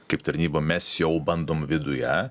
kaip tarnyba mes jau bandom viduje